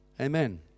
Amen